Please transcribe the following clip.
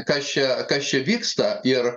kas čia kas čia vyksta ir